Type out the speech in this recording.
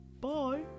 bye